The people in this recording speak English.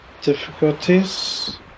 difficulties